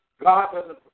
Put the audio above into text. God